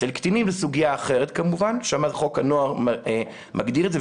אצל קטינים כמובן שזו סוגיה אחרת: שם חוק הנוער מגדיר את זה,